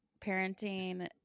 parenting